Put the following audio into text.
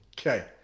Okay